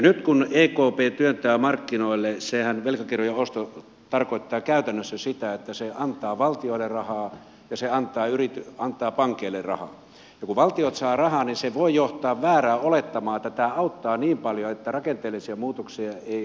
nyt kun ekp työntää markkinoille velkakirjojen ostohan tarkoittaa käytännössä sitä että se antaa valtioille rahaa ja se antaa pankeille rahaa ja kun valtiot saavat rahaa niin se voi johtaa väärään olettamaan että tämä auttaa niin paljon että rakenteellisia muutoksia ei tarvitse tehdä